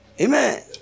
Amen